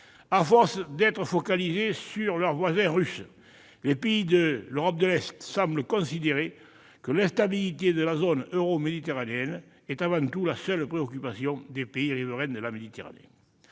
À force d'être focalisés sur leur voisin russe, les pays de l'Europe de l'Est semblent considérer que l'instabilité de la zone euro-méditerranéenne est avant tout la préoccupation des seuls pays riverains de la Méditerranée.